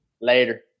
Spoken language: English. Later